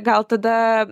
gal tada